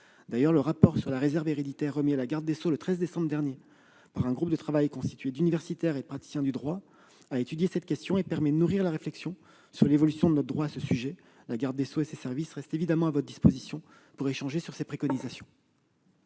héréditaire. Le rapport sur la réserve héréditaire remis à la garde des sceaux le 13 décembre dernier par un groupe de travail constitué d'universitaires et de praticiens du droit étudie cette question et permet de nourrir la réflexion sur l'évolution du droit en la matière. Mme la garde des sceaux et ses services restent à votre disposition pour échanger sur ces préconisations.